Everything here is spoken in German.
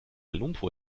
lumpur